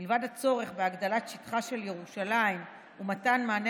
מלבד הצורך בהגדלת שטחה של ירושלים ומתן מענה